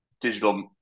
digital